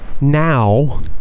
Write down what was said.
now